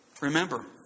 Remember